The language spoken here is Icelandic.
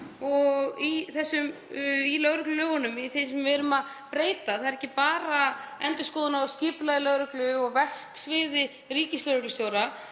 Í lögreglulögunum, í því sem við erum að breyta, er ekki bara endurskoðun á skipulagi lögreglu og verksviði ríkislögreglustjóra